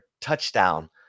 touchdown